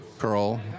Carl